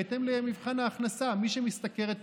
בהתאם למבחן ההכנסה: מי שמשתכרת פחות,